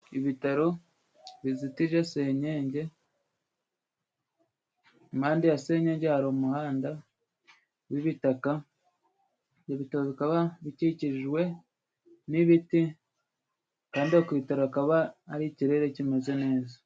Ibitaro bizitije senyenge, ipande yasenyenge hari umuhanda w'ibitaka ,ibitaro bikaba bikikijwe n'ibiti kandi aho ku bitaro hakaba hari ikirere kimeze neza.